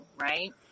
Right